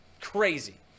Crazy